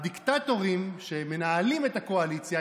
הדיקטטורים שמנהלים את הקואליציה,